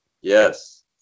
yes